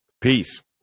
Peace